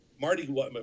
Marty